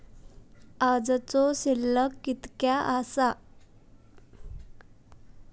आजचो शिल्लक कीतक्या आसा?